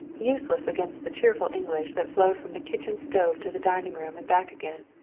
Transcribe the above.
useless against the cheerful english that flowed from the kitchen stove to the dining room and back again,